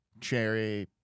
Cherry